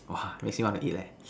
!wah! makes me want to eat leh